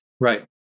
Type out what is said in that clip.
Right